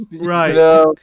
Right